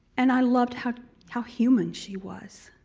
and i loved how how human she was.